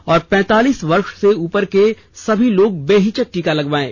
और पैंतालीस वर्ष से उपर के सभी लोग बेहिचक टीका लगवायें